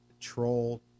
Troll